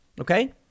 Okay